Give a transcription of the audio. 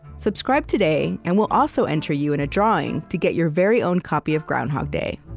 subscribe today, and we'll also enter you in a drawing to get your very own copy of groundhog day.